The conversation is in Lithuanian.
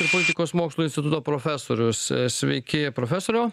ir politikos mokslų instituto profesorius sveiki profesoriau